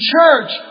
church